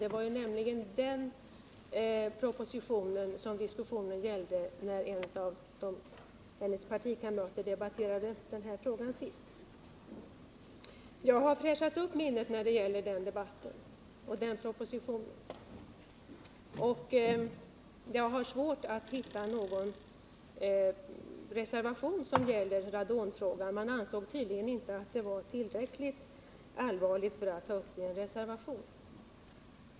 Det var nämligen propositionen om denna som diskussionen gällde, när en av Kerstin Nilssons partikamrater debatterade frågan senast. Jag har fräschat upp minnet när det gäller den debatten och den propositionen, och jag kan inte finna att det förelåg någon reservation när det gäller radonfrågan. Man ansåg tydligen inte att den var tillräckligt allvarlig för att bli föremål för en reservation.